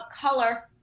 color